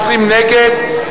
20 נגד,